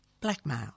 blackmail